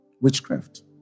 witchcraft